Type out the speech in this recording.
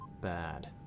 bad